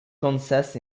kansas